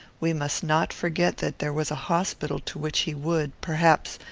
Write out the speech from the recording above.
we must not forget that there was a hospital to which he would, perhaps,